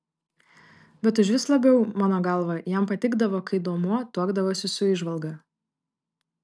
bet užvis labiau mano galva jam patikdavo kai duomuo tuokdavosi su įžvalga